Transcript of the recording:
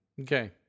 Okay